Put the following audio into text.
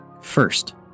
First